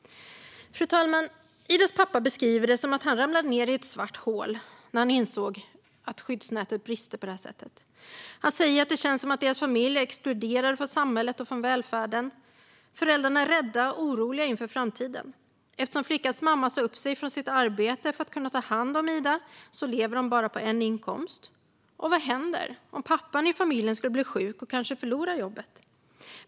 Fru talman! Idas pappa beskriver det som att han ramlade ned i ett svart hål när han insåg att skyddsnätet brister på detta sätt. Han säger att det känns som att deras familj är exkluderad från samhället och från välfärden. Föräldrarna är rädda och oroliga inför framtiden. Eftersom flickans mamma sa upp sig från sitt arbete för att ta kunna ta hand om Ida lever de på bara en inkomst. Vad händer om pappan i familjen skulle bli sjuk och kanske förlora jobbet?